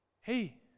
Hey